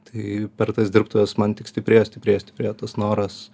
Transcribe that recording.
tai per tas dirbtuves man tik stiprėjo stiprėjo stiprėjo tas noras